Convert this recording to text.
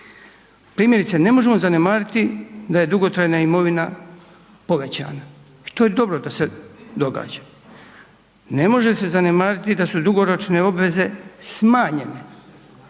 Primjerice ne možemo zanemariti da je dugotrajna imovina povećana i to je dobro da se događa. Ne može se zanemariti da su dugoročne obveze smanjene.